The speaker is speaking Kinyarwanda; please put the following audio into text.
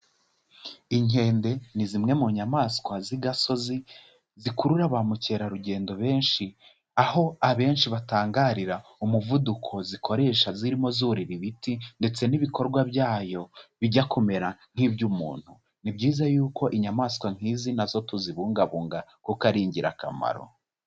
Inkende ni zimwe mu nyamaswa z'igasozi zikurura bamukerarugendo benshi, aho abenshi batangarira umuvuduko zikoresha zirimo zurira ibiti, ndetse n'ibikorwa byayo bijya kumera nk'iby'umuntu. Ni byiza yuko inyamaswa nk'izi na zo tuzibungabunga kuko ari ingirakamaro.